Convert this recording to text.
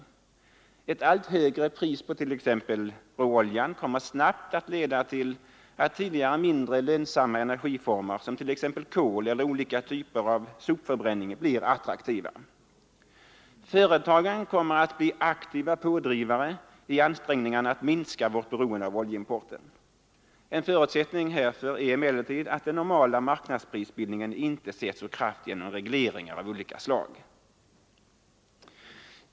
Men ett allt högre pris på t.ex. råoljan kommer snart att leda till att tidigare mindre lönsamma energiformer, t.ex. kol eller olika typer av sopförbränning, blir attraktiva. Företagen kommer att bli aktiva pådrivare i ansträngningarna att minska vårt beroende av oljeimporten. En förutsättning härför är emellertid att den normala marknadsprisbildningen inte sätts ur kraft genom regleringar av olika slag.